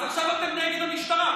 אז עכשיו אתם נגד המשטרה.